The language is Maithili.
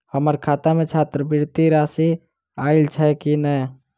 हम्मर खाता मे छात्रवृति राशि आइल छैय की नै?